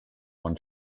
one